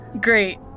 Great